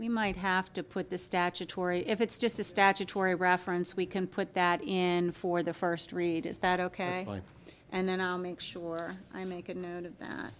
we might have to put the statutory if it's just a statutory reference we can put that in for the first read is that ok and then i'll make sure i make a note